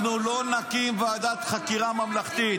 אנחנו לא נקים ועדת חקירה ממלכתית,